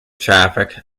traffic